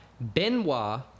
Benoit